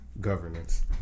governance